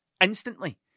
Instantly